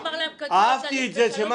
דודי, אתה חייב להסביר לי את זה.